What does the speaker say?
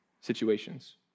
situations